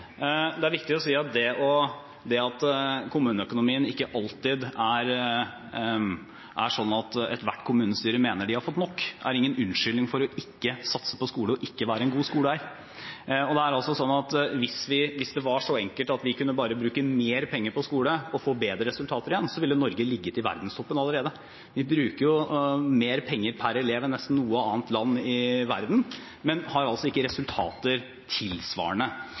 det er viktig å si at det at kommuneøkonomien ikke alltid er slik at ethvert kommunestyre mener de har fått nok, er ingen unnskyldning for ikke å satse på skole og ikke være en god skoleeier. Hvis det var så enkelt at vi bare kunne bruke mer penger på skole og så få bedre resultater igjen, ville Norge ligget i verdenstoppen allerede. Vi bruker jo mer penger per elev enn nesten noe annet land i verden, men har altså ikke resultater som er tilsvarende.